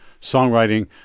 songwriting